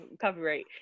Copyright